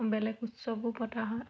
বেলেগ উৎসৱো পতা হয়